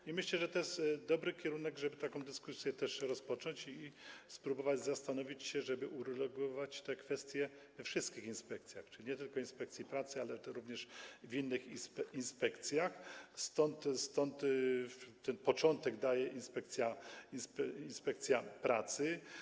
I myślę, że to jest dobry kierunek, żeby taką dyskusję też rozpocząć i spróbować zastanowić się, żeby uregulować te kwestie we wszystkich inspekcjach, czyli nie tylko w inspekcji pracy, ale również w innych inspekcjach, stąd ten początek daje inspekcja pracy.